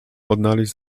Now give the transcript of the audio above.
odnaleźć